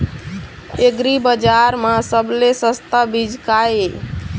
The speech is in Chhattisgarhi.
एग्रीबजार म सबले सस्ता चीज का ये?